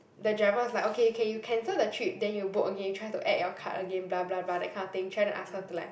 the driver was like okay okay you cancel the trip then you book again try to add your card again blah blah blah that kind of thing trying to ask her to like